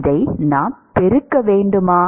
இதை நாம் பெருக்க வேண்டுமா